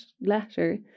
letter